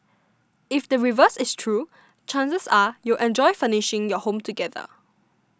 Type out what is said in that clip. if the reverse is true chances are you'll enjoy furnishing your home together